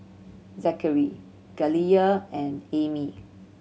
Zachery Galilea and Ami